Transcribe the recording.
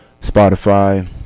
Spotify